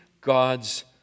God's